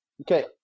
Okay